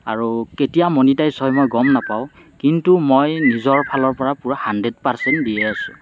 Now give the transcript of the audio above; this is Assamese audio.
আৰু কেতিয়া মনিটাইজ হয় মই গম নাপাওঁ কিন্তু মই নিজৰ ফালৰ পৰা পুৰা হাণড্ৰেদ পাৰ্চেণ্ট দিয়ে আছোঁ